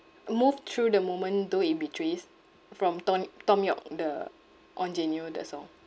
move through the moment though it betrays from thom thom yorke the ingenue the song